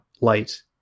light